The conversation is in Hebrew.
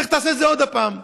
לך תעשה את זה עוד פעם.